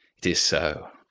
it is so.